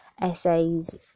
essays